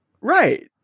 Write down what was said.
Right